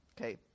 Okay